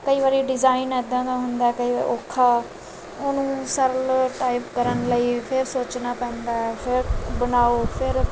ਕਈ ਵਾਰੀ ਡਿਜ਼ਾਇਨ ਇੱਦਾਂ ਦਾ ਹੁੰਦਾ ਕਈ ਔਖਾ ਉਹਨੂੰ ਸਰਲ ਟਾਈਪ ਕਰਨ ਲਈ ਫਿਰ ਸੋਚਣਾ ਪੈਂਦਾ ਹੈ ਫਿਰ ਬਣਾਓ ਫਿਰ